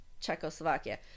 Czechoslovakia